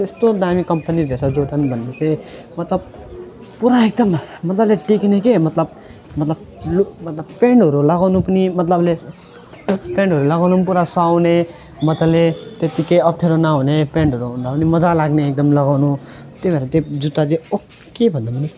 त्यस्तो दामी कम्पनी रहेछ जोर्डन भन्ने चाहिँ मतलब पुरा एकदम मजाले टिक्ने क्या मतलब मतलब लुक मतलब पेन्टहरू लगाउनु पनि मतलब लुज पेन्टहरू लगाउनु पनि पुरा सुहाउने मजाले त्यत्ति केही अप्ठ्यारो नहुने पेन्टहरू हुँदा पनि मजा लाग्ने एकदम लगाउनु त्यही भएर त्यो जुत्ता चाहिँ ओके भन्दा पनि